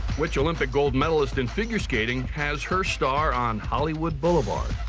which olympic gold medallist in figure skating has her star on hollywood boulevard?